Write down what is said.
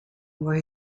were